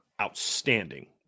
outstanding